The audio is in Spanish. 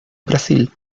brasil